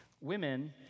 Women